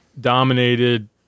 dominated